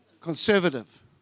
conservative